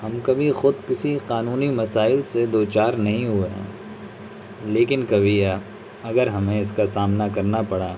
ہم کبھی خود کسی قانونی مسائل سے دو چار نہیں ہوئے لیکن کبھی یا اگر ہمیں اس کا سامنا کرنا پڑا